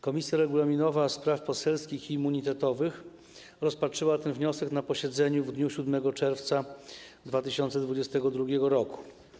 Komisja Regulaminowa, Spraw Poselskich i Immunitetowych rozpatrzyła ten wniosek na posiedzeniu w dniu 7 czerwca 2022 r.